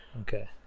Okay